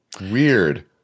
Weird